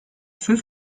söz